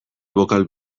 bokal